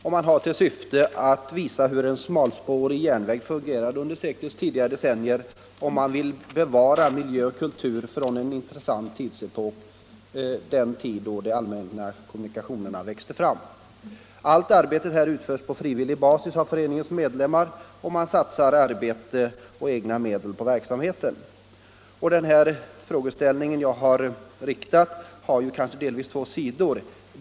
Syftet är att visa hur en smalspårig järnväg fungerade under seklets tidigare decennier, och man vill bevara miljö och kultur från en intressant epok — den tid då de allmänna kommunikationerna växte fram. Allt arbete utförs på frivillig basis av föreningens medlemmar. De satsar både arbete och egna medel på verksamheten. Den fråga jag ställt har två sidor.